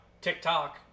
TikTok